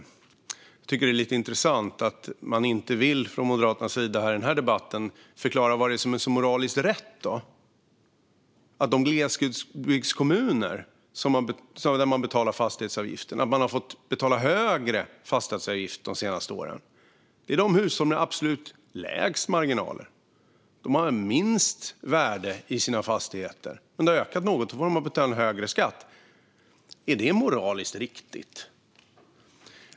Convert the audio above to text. Jag tycker att det är lite intressant att Moderaterna i den här debatten inte vill förklara vad det är som är så moraliskt rätt i att man i de glesbygdskommuner där man betalar fastighetsavgift har fått betala högre fastighetsavgift de senaste åren. Det är de hushåll som har absolut lägst marginaler. De har minst värde i sina fastigheter. Om det har ökat något har de fått betala en högre skatt. Är det moraliskt riktigt?